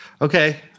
Okay